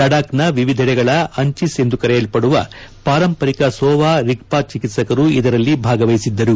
ಲಡಾಬ್ನ ವಿವಿಧೆಡೆಗಳ ಅಂಚಿಸ್ ಎಂದು ಕರೆಯಲ್ಪಡುವ ಪಾರಂಪರಿಕ ಸೋವಾ ರಿಗ್ವಾ ಚಿಕಿತ್ತಕರು ಇದರಲ್ಲಿ ಭಾಗವಹಿಸಿದ್ದರು